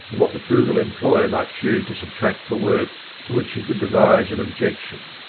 and what the frugal employer might choose to subtract for work to which he could devise an objection.